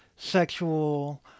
sexual